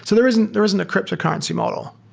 so there isn't there isn't a cryptocurrency model.